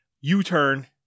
U-turn